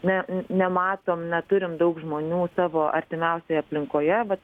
ne nematom neturim daug žmonių savo artimiausioj aplinkoje vat